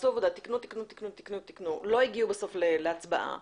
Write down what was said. ותיקנו ותיקנו ותיקנו, ולא הגיעו בסוף להצבעה.